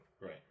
Right